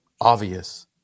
obvious